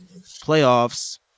playoffs